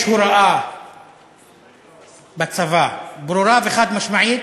יש הוראה בצבא, ברורה וחד-משמעית,